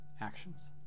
actions